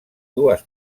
dues